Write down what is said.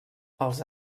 els